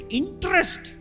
interest